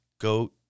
Goat